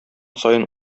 саен